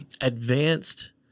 advanced